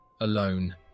Alone